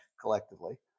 collectively